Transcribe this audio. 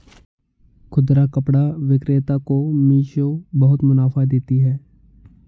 खुदरा कपड़ा विक्रेता को मिशो बहुत मुनाफा देती है